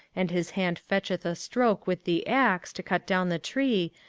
and his hand fetcheth a stroke with the axe to cut down the tree,